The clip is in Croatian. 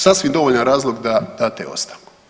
Sasvim dovoljan razlog da date ostavku.